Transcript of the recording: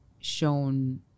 shown